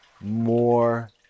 more